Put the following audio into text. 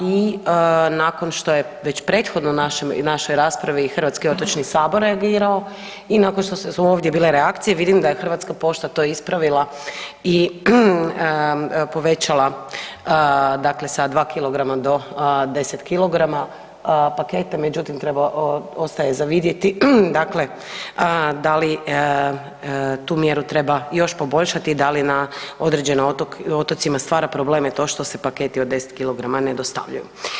I nakon što je već prethodno našoj raspravi i Hrvatski otočni sabor reagirao i nakon što su ovdje bile reakcije vidim da je Hrvatska pošta to ispravila i povećala dakle sa 2 kilograma do 10 kilograma pakete, međutim treba ostaje za vidjeti dakle da li tu mjeru treba još poboljšati, da li na određene otocima stvari probleme to što se paketi od 10 kilograma ne dostavljaju.